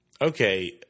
okay